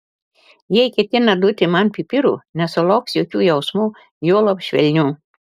jei ketina duoti man pipirų nesulauks jokių jausmų juolab švelnių